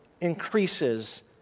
increases